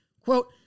Quote